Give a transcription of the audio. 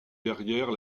derrière